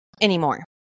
anymore